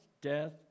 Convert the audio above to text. death